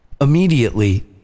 Immediately